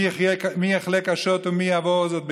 מי יחלה קשות ומי יעבור זאת בקלות.